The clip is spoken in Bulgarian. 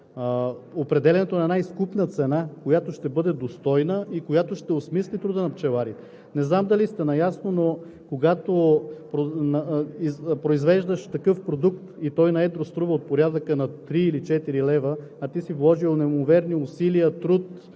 определянето на една изкупна цена, която ще бъде достойна и която ще осмисли труда на пчеларите. Не знам дали сте наясно, но когато произвеждаш такъв продукт и той на едро струва от порядъка на три или четири лева, а ти си вложил неимоверни усилия, труд,